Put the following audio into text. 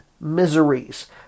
miseries